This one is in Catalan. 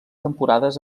temporades